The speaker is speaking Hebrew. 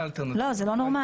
--- לא, לא.